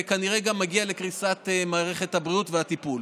וכנראה גם מגיע לקריסת מערכת הבריאות והטיפול.